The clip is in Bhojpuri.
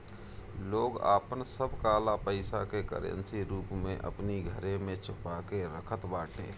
लोग आपन सब काला पईसा के करेंसी रूप में अपनी घरे में छुपा के रखत बाटे